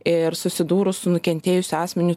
ir susidūrus su nukentėjusiu asmeniu